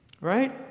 Right